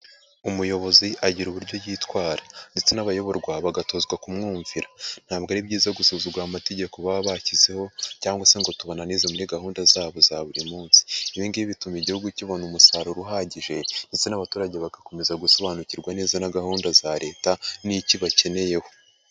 Umuyobozi agira uburyo yitwara ndetse n'abayoborwa bagatozwa kumwumvira, ntabwo ari byiza gusuzugura amategeko baba bashyizeho cyangwa se ngo tubananize muri gahunda zabo za buri munsi. Ibi ngibi bituma igihugu kibona umusaruro uhagije ndetse n'abaturage bagakomeza gusobanukirwa neza na gahunda za Leta n'icyo ibakeneyeho.